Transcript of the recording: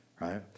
right